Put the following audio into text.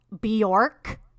Bjork